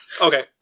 Okay